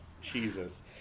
Jesus